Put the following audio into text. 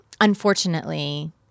Unfortunately